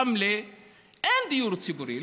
רמלה אין דיור ציבורי,